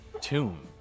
tomb